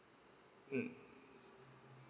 mm